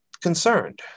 concerned